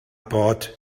bod